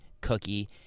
cookie